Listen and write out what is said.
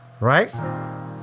right